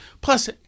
Plus